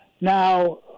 Now